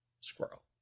squirrel